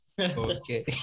Okay